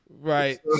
Right